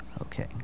Okay